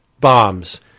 bombs